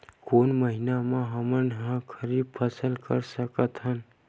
कोन महिना म हमन ह खरीफ फसल कर सकत हन?